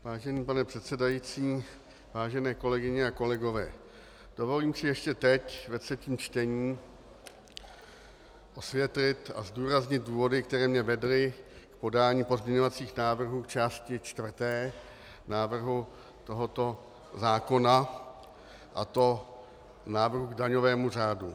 Vážený pane předsedající, vážené kolegyně a kolegové, dovolím si ještě teď ve třetím čtení osvětlit a zdůraznit důvody, které mě vedly k podání pozměňovacích návrhů k části čtvrté návrhu tohoto zákona, a to k daňovému řádu.